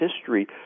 history